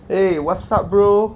!hey! what's up bro